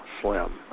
slim